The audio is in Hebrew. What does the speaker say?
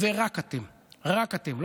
ואתם יודעים מה?